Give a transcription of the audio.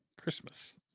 Christmas